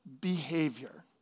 behavior